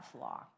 law